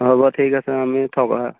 হ'ব ঠিক আছে আমি থকা